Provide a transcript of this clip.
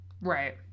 Right